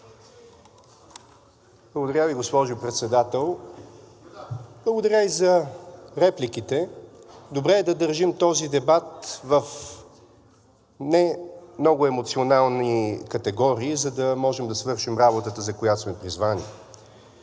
Благодаря Ви, госпожо Председател. Благодаря и за репликите. Добре е да държим този дебат в немного емоционални категории, за да можем да свършим работата, за която сме призвани.